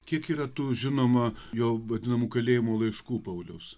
kiek yra tų žinoma jo vadinamų kalėjimo laiškų pauliaus